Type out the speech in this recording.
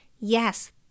yes